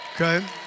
Okay